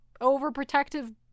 overprotective